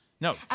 No